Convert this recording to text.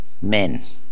men